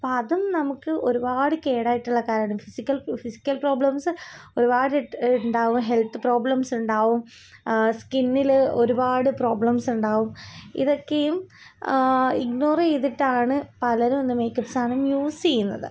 അപ്പോഴതും നമുക്ക് ഒരുപാട് കേടായിട്ടുള്ള കാര്യമാണ് ഫിസിക്കൽ ഫിസിക്കൽ പ്രോബ്ലെംസ് ഒരുപാട്ട്ട് ഉണ്ടാകും ഹെൽത്ത് പ്രോബ്ലെംസുണ്ടാവും സ്കിന്നില് ഒരുപാട് പ്രോബ്ലെംസുണ്ടാവും ഇതൊക്കെയും ഇഗ്നോറീതിട്ടാണ് പലരും ഇന്ന് മേക്കപ്പ് സാധനം യൂസീയ്യുന്നത്